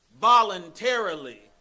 voluntarily